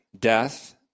death